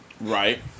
right